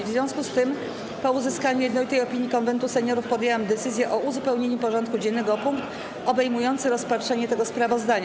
W związku z tym, po uzyskaniu jednolitej opinii Konwentu Seniorów, podjęłam decyzją o uzupełnieniu porządku dziennego o punkt obejmujący rozpatrzenie tego sprawozdania.